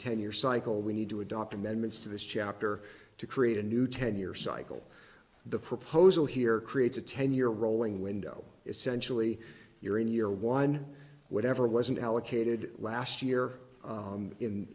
ten year cycle we need to adopt amendments to this chapter to create a new ten year cycle the proposal here creates a ten year rolling window essentially you're in year one whatever wasn't allocated last year